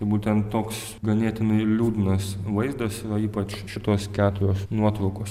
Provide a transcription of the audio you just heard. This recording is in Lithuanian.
tai būtent toks ganėtinai liūdnas vaizdas yra ypač šitos keturios nuotraukos